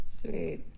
sweet